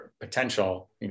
potential